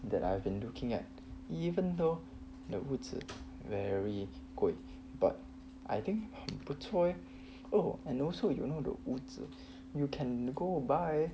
that I have been looking at even though the 屋子 very good but I think 不错 eh and also you know the 屋子 you can go buy